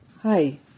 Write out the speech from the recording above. Hi